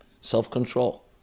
self-control